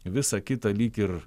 visa kita lyg ir